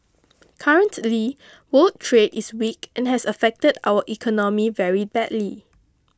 currently world trade is weak and has affected our economy very badly